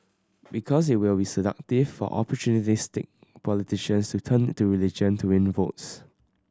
because it will be seductive for opportunistic politicians to turn to religion to win votes